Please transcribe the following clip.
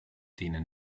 denen